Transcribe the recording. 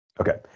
Okay